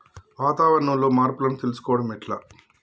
వాతావరణంలో మార్పులను తెలుసుకోవడం ఎట్ల?